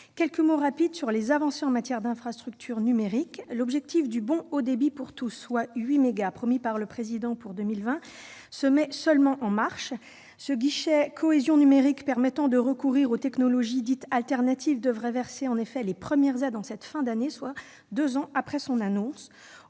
quelques mots rapides sur les avancées en matière d'infrastructures numériques. L'objectif du « bon haut débit » pour tous, soit 8 mégabits par seconde, promis par le Président pour 2020, se met seulement en marche. Ce guichet « cohésion numérique », permettant de recourir aux technologies dites « alternatives », devrait verser en effet les premières aides en cette fin d'année, soit deux ans après son annonce.